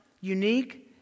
unique